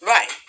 Right